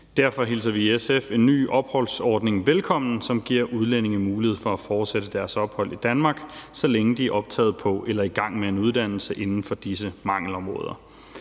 Derfor hilser vi i SF en ny opholdsordning velkommen, som giver udlændinge mulighed for at fortsætte deres ophold i Danmark, så længe de er optaget på eller i gang med en uddannelse inden for disse mangelområder.